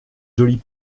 jolie